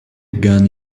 gun